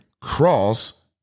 cross